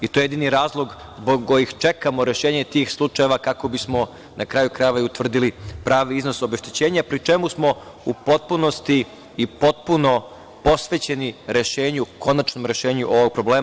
To je jedini razlog zbog kojeg čekamo rešenje tih slučajeva, kako bismo, na kraju krajeva, utvrdili pravi iznos obeštećenja, pri čemu smo u potpunosti i potpuno posvećeni konačnom rešenju ovog problema.